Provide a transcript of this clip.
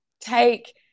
take